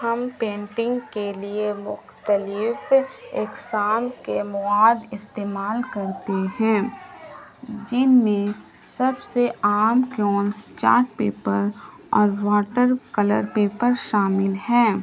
ہم پینٹنگ کے لیے مختلف اقسام کے مواد استعمال کرتے ہیں جن میں سب سے عام کیونس چارٹ پیپر اور واٹر کلر پیپر شامل ہیں